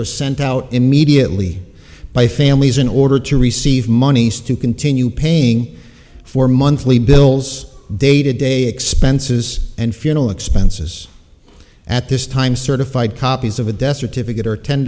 are sent out immediately by families in order to receive monies to continue paying for monthly bills day to day expenses and funeral expenses at this time certified copies of a death certificate are ten